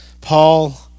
Paul